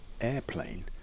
airplane